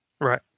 Right